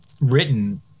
written